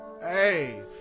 Hey